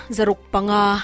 Zarukpanga